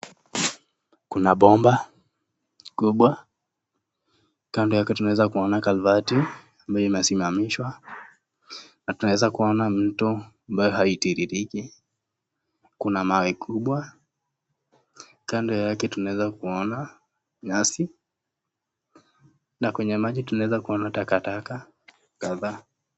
Kuna bomba kubwa kando yake tunaweza kuona kabati ambayo imesimamishwa na tunaweza kuona mto ambayo haitiririki na kuna mawe kubwa. Kando yake tunaweza kuona nyasi na kwenye maji tunaweza kuona takataka kadhaa.